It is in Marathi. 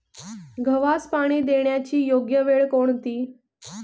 गव्हास पाणी देण्याची योग्य वेळ कोणती?